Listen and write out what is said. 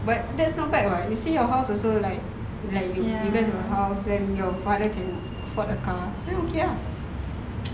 but that's not bad [what] you see your house also like like bigger than my house then your father can afford a car so okay ah